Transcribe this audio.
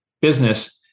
business